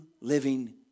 living